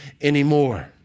anymore